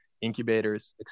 incubators